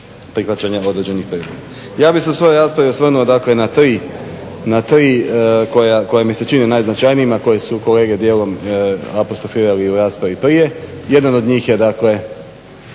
Ja bi se u svojoj raspravi osvrnuo dakle na tri koja mi se čini najznačajnijima, a koje su kolege djelom apostrofirali i u raspravi prije. Jedan od njih je dakle